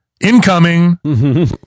incoming